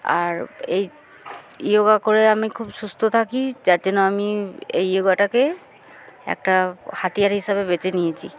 আর এই যোগা করে আমি খুব সুস্থ থাকি যার জন্য আমি এই ইয়োগাটাকে একটা হাতিয়ার হিসাবে বেছে নিয়েছি